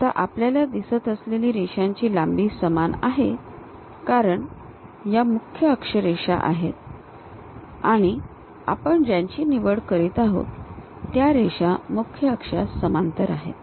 आता आपल्याला दिसत असलेली रेषांची लांबी समान आहे कारण या मुख्य अक्ष रेषा आहेत आणि आपण ज्यांची निवड करीत आहोत त्या रेषा मुख्य अक्षास समांतर आहेत